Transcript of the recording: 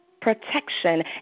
protection